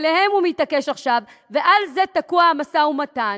עליהם הוא מתעקש עכשיו, ועל זה תקוע המשא-ומתן,